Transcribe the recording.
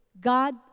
God